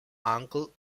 uncle